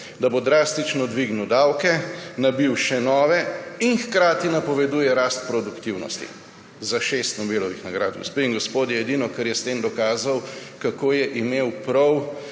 da bo drastično dvigni davke, nabil še nove, in hkrati napoveduje rast produktivnosti. Za šest Nobelovih nagrad, gospe in gospodje. Edino, kar je s tem dokazal, je, kako je imel prav